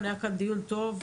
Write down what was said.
היה כאן דיון טוב,